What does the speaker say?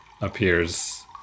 appears